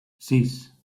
sis